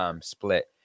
split